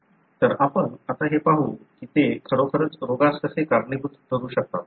तर आपण आता हे पाहू की ते खरोखरच रोगास कसे कारणीभूत ठरू शकतात